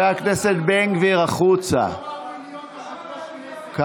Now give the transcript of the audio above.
(חבר הכנסת בן גביר יוצא מאולם המליאה.) שלמה קרעי